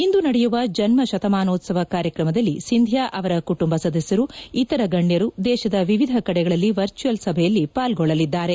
ಇಂದು ನಡೆಯುವ ಜನ್ನಶತಮಾನೋತ್ಸವದ ಕಾರ್ಯಕ್ರಮದಲ್ಲಿ ಸಿಂಧಿಯಾ ಅವರ ಕುಟುಂಬ ಸದಸ್ಯರು ಇತರ ಗಣ್ಯರು ದೇಶದ ವಿವಿಧ ಕಡೆಗಳಲ್ಲಿ ವರ್ಚುಯಲ್ ಸಭೆಯಲ್ಲಿ ಪಾಲ್ಗೊಳ್ಳಲಿದ್ದಾರೆ